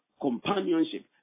companionship